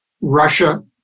Russia